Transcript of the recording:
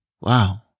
Wow